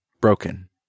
broken